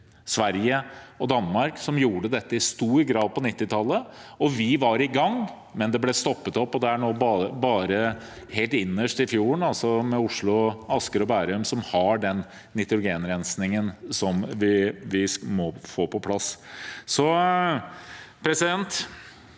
Sverige og Danmark, som gjorde dette i stor grad på 1990-tallet. Vi var i gang, men det ble stoppet opp. Det er nå bare helt innerst i fjorden, altså ved Oslo, Asker og Bærum, man har den nitrogenrensingen som vi må få på plass. Venstre